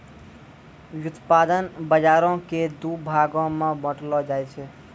व्युत्पादन बजारो के दु भागो मे बांटलो जाय छै